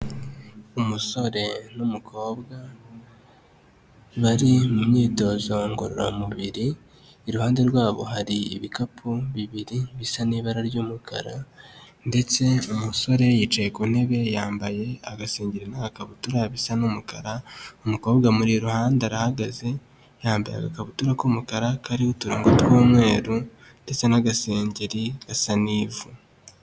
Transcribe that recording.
Umusore n'umukobwa bari mu myitozo ngororamubiri, iruhande rwabo hari ibikapu bibiri bisa n'ibara ry'umukara, ndetse umusore yicaye ku ntebe yambaye agasengeri n'agakabutura bisa n'umukara, umukobwa umuri iruhande arahagaze, yambaye agakabutura k'umukara kariho uturongo tw'umweru ndetse n'agasengeri gasa n'ivu.